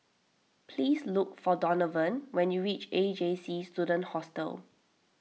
please look for Donavon when you reach A J C Student Hostel